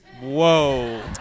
Whoa